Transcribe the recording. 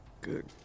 Good